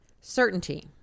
certainty